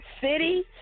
City